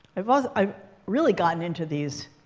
i've ah so i've really gotten into these,